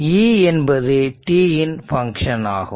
e என்பது t இன் function ஆகும்